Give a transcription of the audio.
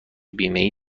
بیمهای